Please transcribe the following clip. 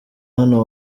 hano